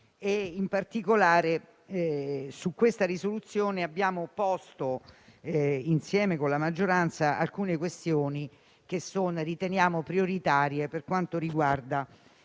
In particolare, su questa proposta di risoluzione abbiamo posto nella maggioranza alcune questioni che riteniamo prioritarie per quanto riguarda